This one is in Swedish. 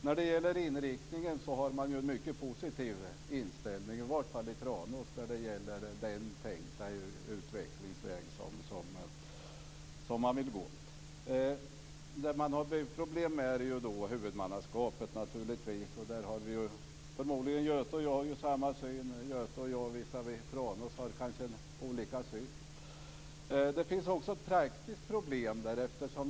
När det gäller inriktningen har man en mycket positiv inställning, i varje fall i Tranås, till den tänkta utvecklingsväg som man vill gå. Det man har problem med är naturligtvis huvudmannaskapet. Där har vi förmodligen samma syn. Göte Wahlström och jag kanske har olika syn visavi Tranås. Det finns också praktiska problem.